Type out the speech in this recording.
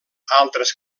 altres